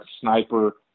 sniper